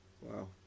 Wow